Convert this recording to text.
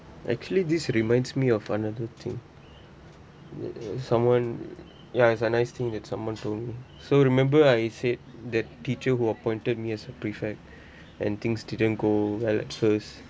actually this reminds me of another thing someone ya it's a nice thing that someone told me so remember I said that teacher who appointed me as a prefect and things didn't go well at first